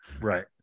Right